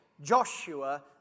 Joshua